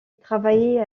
travaillait